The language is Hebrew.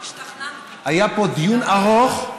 היה פה דיון ארוך,